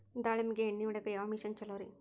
ದಾಳಿಂಬಿಗೆ ಎಣ್ಣಿ ಹೊಡಿಯಾಕ ಯಾವ ಮಿಷನ್ ಛಲೋರಿ?